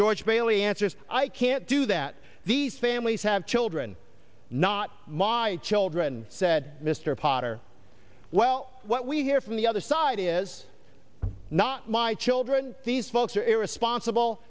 george bailey answers i can't do that these families have children not my children said mr potter well what we hear from the other side is not my children these folks are irresponsible